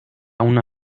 una